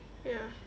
ya